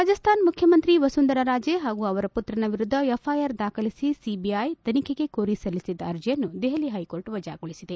ರಾಜಸ್ಥಾನ ಮುಖ್ಯಮಂತ್ರಿ ವಸುಂಧರಾ ರಾಜೇ ಹಾಗೂ ಅವರ ಪುತ್ರನ ವಿರುದ್ದ ಎಫ್ಐಆರ್ ದಾಖಲಿಸಿ ಸಿಬಿಐ ತನಿಖೆಗೆ ಕೋರಿ ಸಲ್ಲಿಸಿದ್ದ ಅರ್ಜಿಯನ್ನು ದೆಹಲಿ ಹೈಕೋರ್ಟ್ ವಜಾಗೊಳಿಸಿದೆ